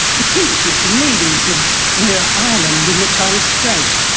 the teachers and leaders of mer island in the torres strait,